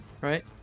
Right